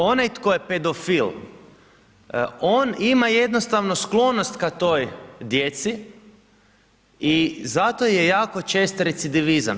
Onaj tko je pedofil on ima jednostavno sklonost ka toj djeci i zato je jako čest recidivizam.